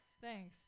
Thanks